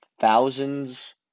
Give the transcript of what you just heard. thousands